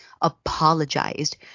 apologized